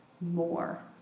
more